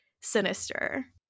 sinister